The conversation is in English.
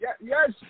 Yes